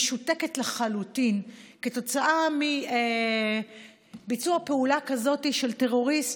משותקת לחלוטין כתוצאה מביצוע פעולה כזאת על טרוריסט